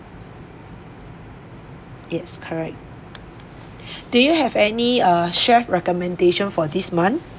yes correct do you have any uh chef's recommendation for this month